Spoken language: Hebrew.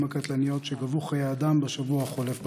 הקטלניות שגבו חיי אדם בשבוע החולף בדרכים.